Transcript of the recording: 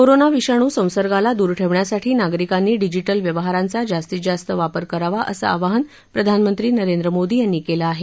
corona विषाणू संसर्गाला दूर ठेवण्यासाठी नागरिकांनी डिजिटल व्यवहारांचा जास्तीत जास्त वापर करावा असं आवाहन प्रधानमंत्री नरेंद्र मोदी यांनी केलं आहे